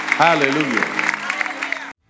Hallelujah